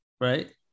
Right